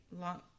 long